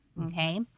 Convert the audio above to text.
Okay